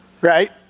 right